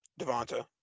devonta